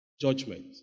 Judgment